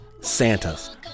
Santas